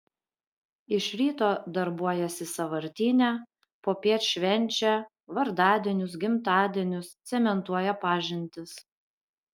iš ryto darbuojasi sąvartyne popiet švenčia vardadienius gimtadienius cementuoja pažintis